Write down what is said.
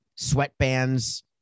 sweatbands